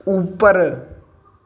ऊपर